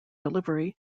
delivery